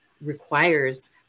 requires